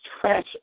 trash